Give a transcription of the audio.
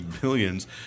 billions